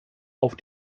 auf